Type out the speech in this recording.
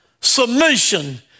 Submission